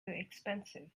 expensive